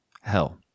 hell